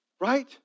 Right